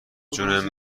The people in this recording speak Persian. جوون